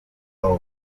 abo